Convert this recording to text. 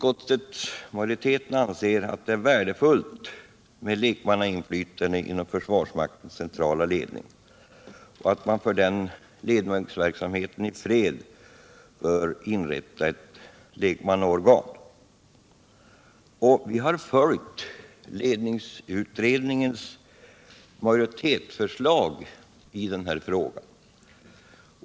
Det är dessutom värdefullt med lekmannainflytande inom försvarsmaktens centrala ledning, och för ledningsverksamheten i fred bör ett lekmannaorgan inrättas. Utskottet har följt ledningsutredningens majoritetsförslag i den här frågan.